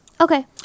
Okay